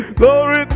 glory